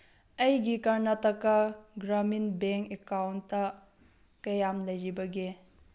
ꯑꯩꯒꯤ Karnataka Gramin bank account ꯀꯌꯥꯝ ꯂꯩꯔꯤꯕꯒꯦ